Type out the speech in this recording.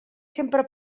sempre